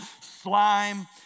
slime